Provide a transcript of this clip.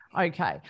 okay